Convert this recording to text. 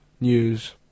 News